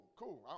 cool